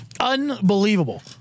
unbelievable